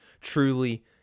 truly